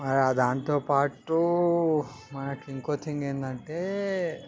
అలా దాంతోపాటు మనకు ఇంకో థింగ్ ఏందంటే